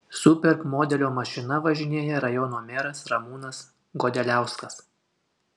superb modelio mašina važinėja rajono meras ramūnas godeliauskas